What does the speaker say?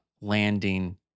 landing